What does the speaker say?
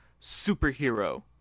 superhero